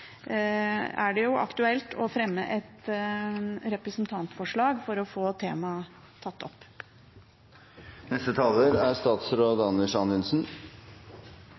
er det aktuelt å fremme et representantforslag for å få temaet tatt opp.